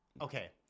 Okay